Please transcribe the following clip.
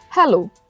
Hello